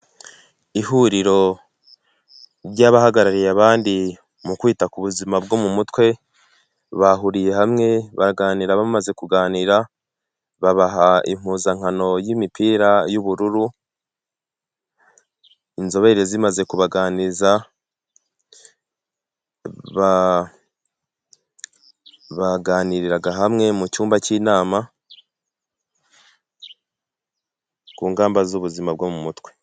Ihuriro ry'abahagarariye abandi mu kwita ku buzima bwo mu mutwe, bahuriye hamwe baraganira bamaze kuganira, babaha impuzankano y'imipira y'ubururu, inzobere zimaze kubaganiriza, baganiriraga hamwe mu cyumba cy'inama ku ngamba z'ubuzima bwo mu mutwe.